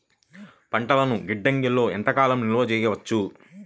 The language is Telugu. పంటలను గిడ్డంగిలలో ఎంత కాలం నిలవ చెయ్యవచ్చు?